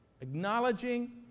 acknowledging